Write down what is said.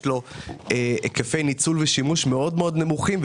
יש לו היקפי ניצול ושימוש מאוד נמוכים,